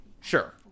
Sure